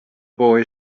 boy